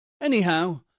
anyhow